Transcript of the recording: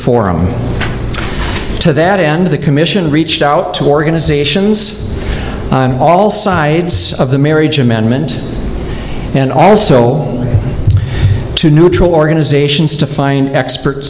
forum to that end the commission reached out to organizations all sides of the marriage amendment and also to neutral organizations to find expert